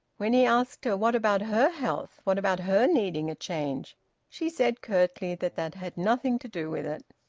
when he asked her what about her health? what about her needing a change she said curtly that that had nothing to do with it.